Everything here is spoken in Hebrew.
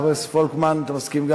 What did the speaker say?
חבר הכנסת פולקמן, גם אתה מסכים?